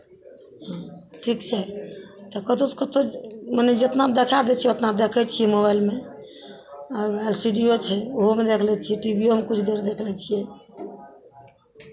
ठीक छै तऽ कतहुसँ कतहु मने जितना देखाए दै छै उतना देखै छियै मोबाइलमे आ एल सी डी ओ छै ओहोमे देख लै छियै टी भी ओमे किछु देर देख लै छियै